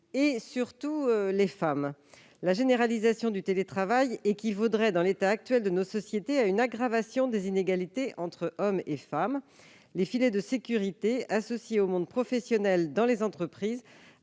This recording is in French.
toujours les femmes. La généralisation du télétravail équivaudrait, dans l'état actuel de nos sociétés, à une aggravation des inégalités entre hommes et femmes. Les filets de sécurité associés au monde professionnel dans les entreprises